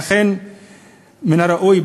לכן מן הראוי,